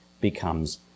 becomes